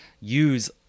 use